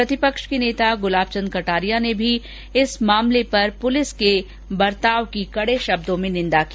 प्रतिपक्ष के नेता गुलाब चन्द कटारिया ने भी इस मामले पर ॅपुलिस के बर्ताव की कड़े शब्दों में निंदा की